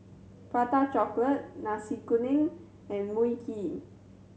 Prata Chocolate Nasi Kuning and Mui Kee